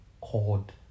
called